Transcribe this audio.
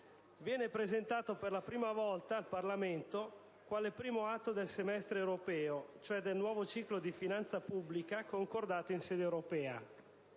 viene presentato per la prima volta al Parlamento quale primo atto del semestre europeo, cioè del nuovo ciclo di finanza pubblica concordato in sede europea: